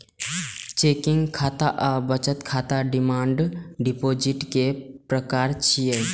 checking खाता आ बचत खाता डिमांड डिपोजिट के प्रकार छियै